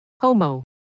Homo